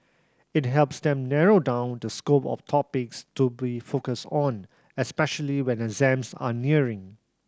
it helps them narrow down the scope of topics to be focus on especially when exams are nearing